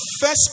first